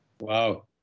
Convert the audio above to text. Wow